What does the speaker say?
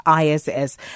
ISS